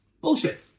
Bullshit